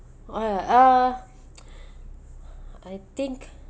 oh ya uh I think